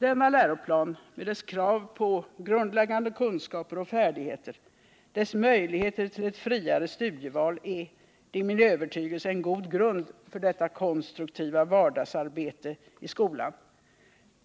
Denna läroplan med dess krav på grundläggande kunskaper och färdigheter, dess möjligheter till ett friare studieval är, det är min övertygelse, en god grund för det konstruktiva vardagsarbetet i skolan.